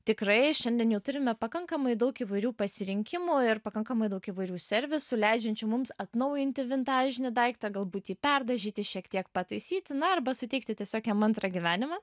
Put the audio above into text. tikrai šiandien jau turime pakankamai daug įvairių pasirinkimų ir pakankamai daug įvairių servisų leidžiančių mums atnaujinti vintažinį daiktą galbūt jį perdažyti šiek tiek pataisyti na arba suteikti tiesiog jam antrą gyvenimą